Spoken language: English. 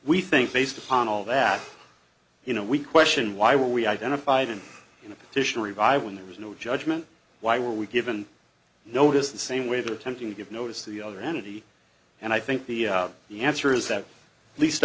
we think based upon all that you know we question why we identified and in a petition revived when there was no judgment why were we given notice the same way they're attempting to give notice to the other entity and i think the answer is that at least